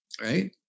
Right